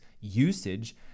usage